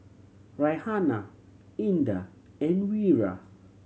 Raihana Indah and Wira